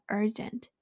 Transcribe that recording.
urgent